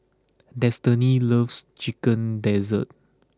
Destiny loves Chicken Gizzard